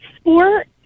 sport